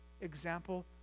example